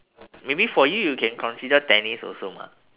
maybe for you you can consider tennis also mah